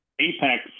Apex